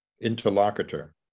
interlocutor